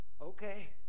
Okay